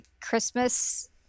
Christmas